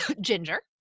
ginger